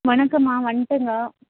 வணக்கம்மா வந்துவிட்டங்க